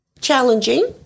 Challenging